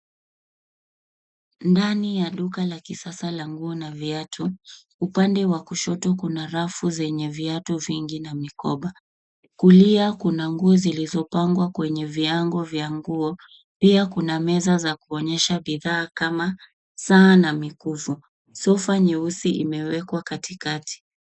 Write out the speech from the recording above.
Ndani ya duka la kisasa la nguo na viatu, upande wa kushoto kuna rafu zenye viatu vingi na mikoba. Kulia kuna nguo zilizopangwa kwenye viango vya nguo, pia kuna meza za kuonyesha bithaa kama saa na mikufu. Sofa nyeusi imewekwa kati.